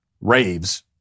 raves